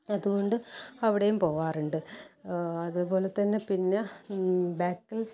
അതുകൊണ്ട് അവിടെയും പോകാറുണ്ട് അതുപോലെ തന്നെ പിന്നെ ബേക്കൽ